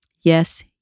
Yes